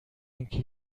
اینکه